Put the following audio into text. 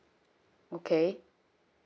okay